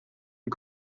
hun